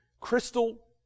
crystal